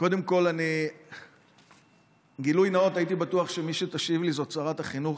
קודם כול גילוי נאות: הייתי בטוח שמי שתשיב לי זאת שרת החינוך,